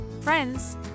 friends